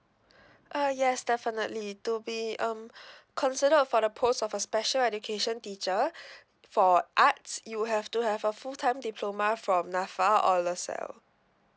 uh yes definitely to be um considered for the post of a special education teacher for arts you have to have a full time diploma from NAFA or LASALLE